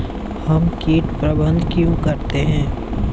हम कीट प्रबंधन क्यों करते हैं?